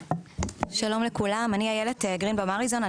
שלום לכולם אני איילת גרינבאום אריזון,